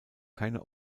keine